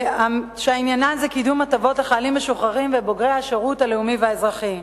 שעניינן קידום הטבות לחיילים משוחררים ובוגרי השירות הלאומי והאזרחי.